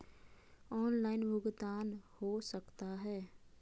Online भुगतान हो सकता है?